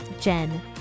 Jen